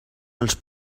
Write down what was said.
als